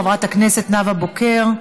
חברת הכנסת נאוה בוקר.